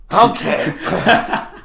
Okay